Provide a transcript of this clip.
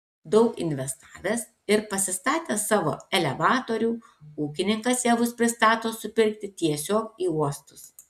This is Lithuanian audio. daug investavęs ir pasistatęs savo elevatorių ūkininkas javus pristato supirkti tiesiog į uostus